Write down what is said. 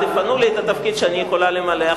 תפנו לי את התפקיד שאני יכולה למלא,